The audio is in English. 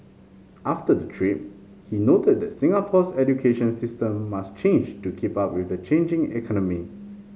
after the trip he noted that Singapore's education system must change to keep up with the changing economy